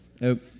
Nope